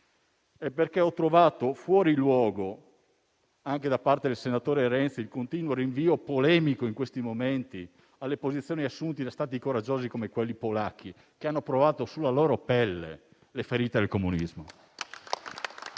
e perché ho trovato fuori luogo anche da parte del senatore Renzi il continuo rinvio polemico, in questi momenti, alle posizioni assunte da Stati coraggiosi come quello polacco, che hanno provato sulla loro pelle le ferite del comunismo